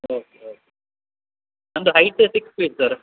okay okay ನನ್ನದು height six feet sir